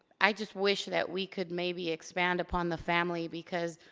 i just wish that we could maybe expand upon the family, because